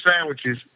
sandwiches